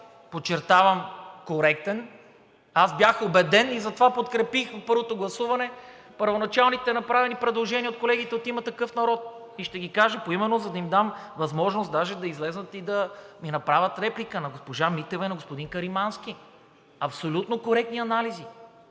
подчертавам, коректен, аз бях убеден и затова подкрепих в първото гласуване първоначалните направени предложения от колегите от „Има такъв народ“, и ще ги кажа поименно, за да им дам възможност даже да излязат и да ми направят реплика – на госпожа Митева и на господин Каримански. Абсолютно коректни анализи.